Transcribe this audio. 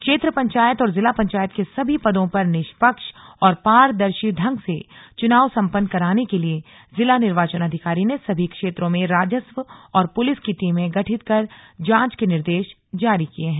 क्षेत्र पंचायत और जिला पंचायत के सभी पदों पर निष्पक्ष और पारदर्शी ढंग से चुनाव संपन्न कराने के लिए जिला निर्वाचन अधिकारी ने सभी क्षेत्रों में राजस्व और पुलिस की टीमें गठित कर जांच के निर्देश जारी किए हैं